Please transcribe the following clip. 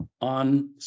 on